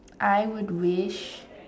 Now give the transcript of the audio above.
I would wish